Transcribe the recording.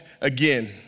again